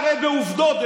לא משנה מה תראה בעובדות.